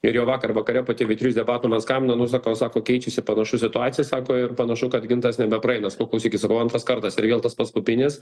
ir jau vakar vakare po tv trys debatų man skambina nu sako sako keičiasi panašu situacija sako ir panašu kad gintas nebepraeina sakau klausykit sakau antras kartas ir vėl tas pats pupinis